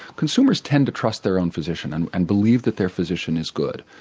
consumers tend to trust their own physician and and believe that their physician is good.